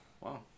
Wow